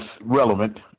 relevant